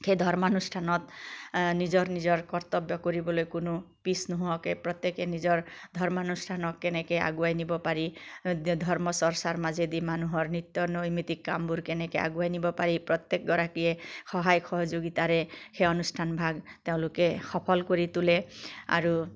সেই ধৰ্মানুষ্ঠানত নিজৰ নিজৰ কৰ্তব্য কৰিবলৈ কোনো পিছ নুহুৱকে প্ৰত্যেকে নিজৰ ধৰ্মানুষ্ঠানক কেনেকে আগুৱাই নিব পাৰি ধৰ্ম চৰ্চাৰ মাজেদি মানুহৰ নিত্য নৈমিত্তিক কামবোৰ কেনেকে আগুৱাই নিব পাৰি প্ৰত্যেকগৰাকীয়ে সহায় সহযোগিতাৰে সেই অনুষ্ঠান ভাগ তেওঁলোকে সফল কৰি তোলে আৰু